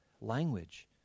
language